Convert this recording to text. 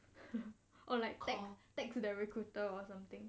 oh like text text the recruiter or something